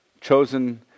chosen